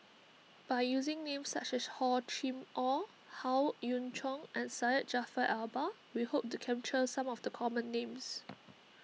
by using names such as Hor Chim or Howe Yoon Chong and Syed Jaafar Albar we hope to capture some of the common names